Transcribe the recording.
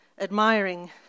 admiring